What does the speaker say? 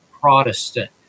Protestant